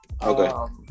Okay